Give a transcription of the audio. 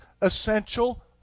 essential